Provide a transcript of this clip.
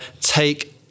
take